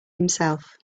himself